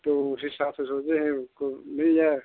तो उसी हिसाब से सोचे हैं कोई मिल जाए